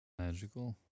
Magical